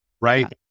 Right